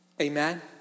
Amen